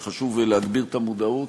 שחשוב להגביר את המודעות